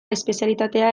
espezialitatea